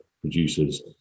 producers